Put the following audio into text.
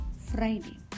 Friday